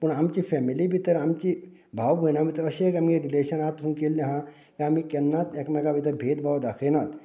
पूण आमच्या फेमिली भितर आमची भाव भयणां भितर अशें आमी रिलेशन केल्ले हा की आमी केन्नाच एकामेकां भितर भेदभाव दाखयनात